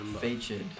featured